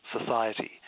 society